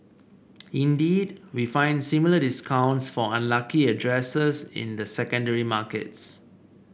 indeed we find similar discounts for unlucky addresses in the secondary markets